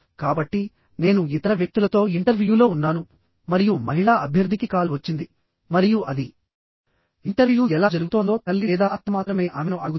కాబట్టి నేను ఇతర వ్యక్తులతో ఇంటర్వ్యూలో ఉన్నాను మరియు మహిళా అభ్యర్థికి కాల్ వచ్చింది మరియు అది ఇంటర్వ్యూ ఎలా జరుగుతోందో తల్లి లేదా అత్త మాత్రమే ఆమెను అడుగుతారు